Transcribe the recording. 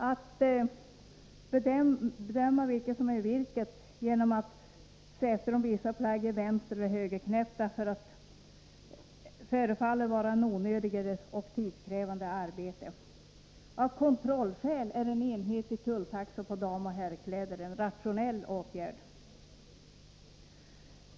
Att bedöma vilket som är vilket genom att se efter om vissa plagg är vänstereller högerknäppta förefaller vara ett onödigt och tidskrävande arbete. Av kontrollskäl är en enhetlig tulltaxa för damoch herrkläder en rationell åtgärd.